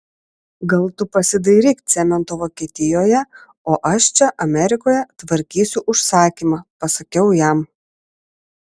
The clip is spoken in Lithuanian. gal tu pasidairyk cemento vokietijoje o aš čia amerikoje tvarkysiu užsakymą pasakiau jam